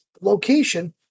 location